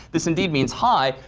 this indeed means hi.